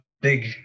big